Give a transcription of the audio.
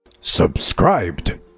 Subscribed